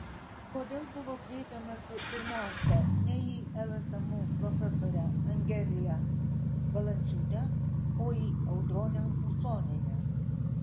kodėl buvo kreipiamasi pirmiausia ne į lsmu profesorę angeliją valančiūtę o į audronę usonienę